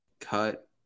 Cut